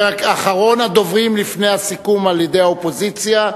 אחרון הדוברים לפני הסיכום על-ידי האופוזיציה,